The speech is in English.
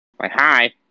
hi